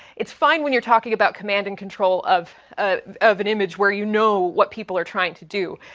it's fine when you're talking about command and control of ah of an image where you know what people are trying to do.